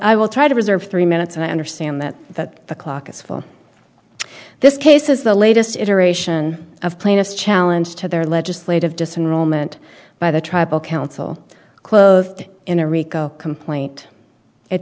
i will try to reserve three minutes and i understand that that the clock is full this case is the latest iteration of plaintiff's challenge to their legislative disenroll meant by the tribal council closed in a rico complaint it